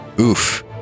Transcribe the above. Oof